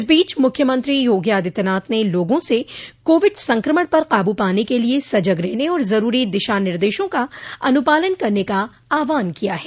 इस बीच मुख्यमंत्री योगी आदित्यनाथ ने लोगों से कोविड संक्रमण पर काबू पाने के लिए सजग रहने और जरूरी दिशा निर्देशों का अनुपालन करने का आहवान किया है